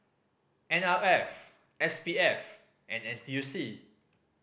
N R F S P F and N T U C